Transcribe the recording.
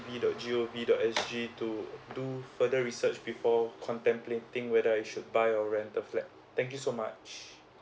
dot g o v dot s g to do further research before contemplating whether I should buy or rent the flat thank you so much